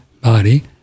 body